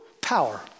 Power